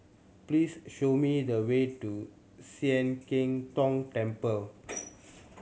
please show me the way to Sian Keng Tong Temple